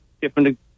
different